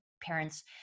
parents